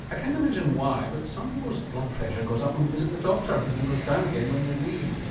i can't imagine why, but some people's blood pressure goes up when they visit the doctor and it goes down again when they leave.